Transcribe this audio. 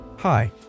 Hi